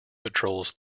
patrols